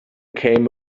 came